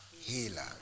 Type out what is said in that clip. healer